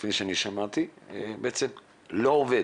כפי ששמעתי, בעצם לא עובדת.